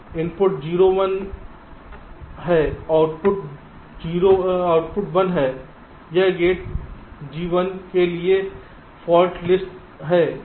तो इनपुट 0 1 है आउटपुट 1 होगा यह गेट G1 के लिए फाल्ट लिस्ट है